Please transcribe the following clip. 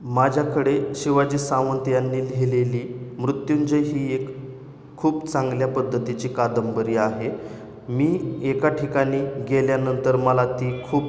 माझ्याकडे शिवाजी सावंत यांनी लिहिलेली मृत्युंजय ही एक खूप चांगल्या पद्धतीची कादंबरी आहे मी एका ठिकाणी गेल्यानंतर मला ती खूप